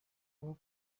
nko